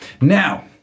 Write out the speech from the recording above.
Now